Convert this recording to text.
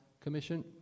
Commission